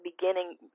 beginning